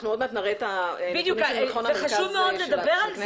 אנחנו תיכף נראה את הנתונים של מרכז המחקר והמידע של הכנסת,